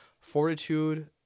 fortitude